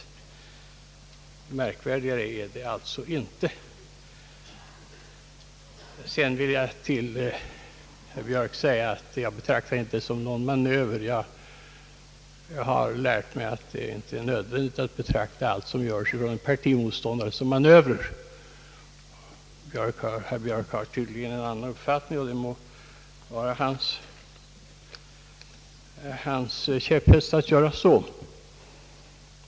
Därför kommer vårt yttrande först nu. Märkvärdigare är det alltså inte. Till herr Björk vill jag säga, att jag inte betraktar detta yttrande som en »manöver». Jag har lärt mig att det inte är nödvändigt att betrakta allt som görs av en partimotståndare som en manöver. Herr Björk har tydligen en annan uppfattning, och det må vara hans käpphäst att göra så.